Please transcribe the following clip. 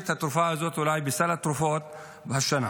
את התרופה הזאת אולי בסל התרופות השנה.